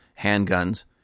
handguns